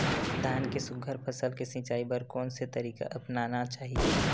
धान के सुघ्घर फसल के सिचाई बर कोन से तरीका अपनाना चाहि?